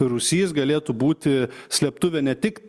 rūsys galėtų būti slėptuvė ne tik